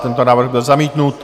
Tento návrh byl zamítnut.